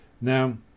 now